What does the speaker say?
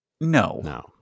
No